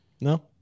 No